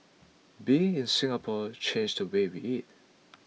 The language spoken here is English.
being in Singapore changed the way we eat